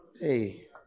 Hey